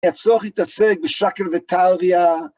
את צורך להתעסק בשקל ותריה.